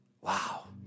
Wow